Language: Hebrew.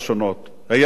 היה דיון בוועדת הפנים.